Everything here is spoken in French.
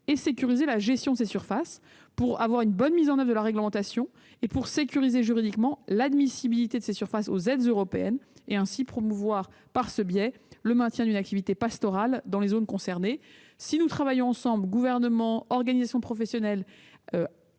et sécuriser la gestion de ces surfaces. La bonne mise en oeuvre de la réglementation est essentielle pour sécuriser juridiquement l'admissibilité de ces surfaces aux aides européennes, et promouvoir par ce biais le maintien de l'activité pastorale dans les zones concernées. Si nous travaillons collectivement- Gouvernement, organisations professionnelles